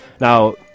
Now